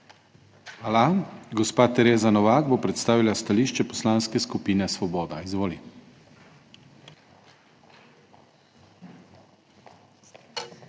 Hvala, Gospa Tereza Novak bo predstavila stališče poslanske skupine Svoboda. Izvoli. TEREZA